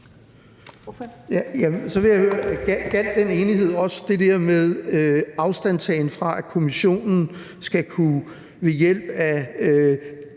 Så vil jeg høre: Gjaldt den enighed også det der med afstandtagen fra, at Europa-Kommissionen ved hjælp af